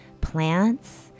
plants